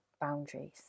boundaries